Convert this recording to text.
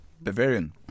Bavarian